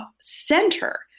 center